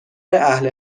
اهل